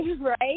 right